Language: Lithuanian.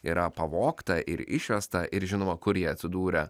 yra pavogta ir išvesta ir žinoma kurie jie atsidūrė